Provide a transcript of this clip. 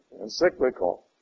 encyclical